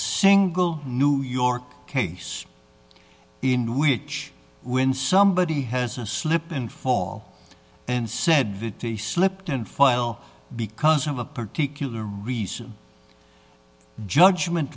single new york case in which when somebody has a slip and fall and said vittie slipped and file because of a particular reason judgment